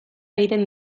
egiten